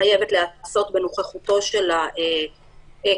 חייבת להיעשות בנוכחותו של הכלוא,